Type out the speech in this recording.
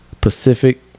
Pacific